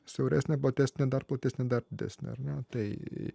siauresnė baltesnė dar platesnė dar didesnė ar ne tai